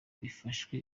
bifashwe